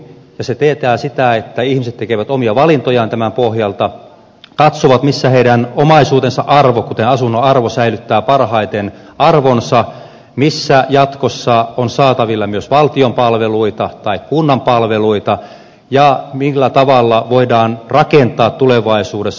se tietää sitä että ihmiset tekevät omia valintojaan tämän pohjalta katsovat missä heidän omaisuutensa kuten asuntonsa säilyttää parhaiten arvonsa missä jatkossa on saatavilla myös valtion palveluita tai kunnan palveluita ja millä tavalla voidaan rakentaa tulevaisuudessa